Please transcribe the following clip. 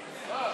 נתקבלה.